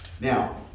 Now